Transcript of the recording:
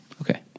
Okay